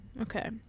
Okay